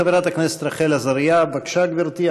חברת הכנסת רחל עזריה, בבקשה, גברתי.